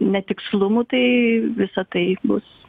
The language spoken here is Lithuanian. netikslumų tai visa tai bus